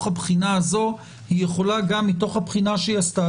הבחינה הזו היא יכולה גם מתוך הבחינה שהיא עשתה,